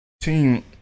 team